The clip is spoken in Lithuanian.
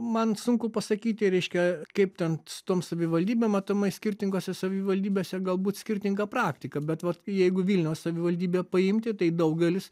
man sunku pasakyti reiškia kaip ten su tom savivaldybėm matomai skirtingose savivaldybėse galbūt skirtinga praktika bet vat jeigu vilniaus savivaldybę paimti tai daugelis